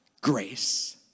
grace